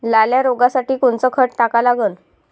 लाल्या रोगासाठी कोनचं खत टाका लागन?